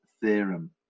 theorem